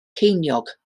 ceiniog